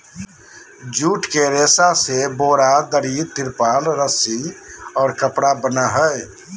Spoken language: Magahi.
जूट के रेशा से बोरा, दरी, तिरपाल, रस्सि और कपड़ा बनय हइ